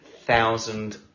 thousand